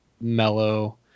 mellow